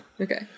Okay